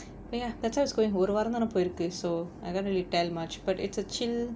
ya that's where I was going ஒரு வாரந்தான போயிருக்கு:oru varanthaanae poyirukku so I don't really tell much but it's a chill